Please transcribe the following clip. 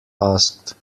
asked